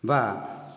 ବା